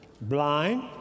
blind